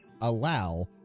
allow